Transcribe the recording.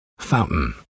fountain